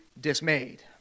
dismayed